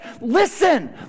Listen